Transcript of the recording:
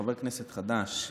חבר כנסת חדש,